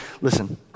listen